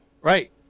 Right